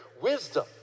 wisdom